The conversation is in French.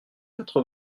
quatre